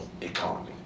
economy